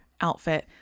outfit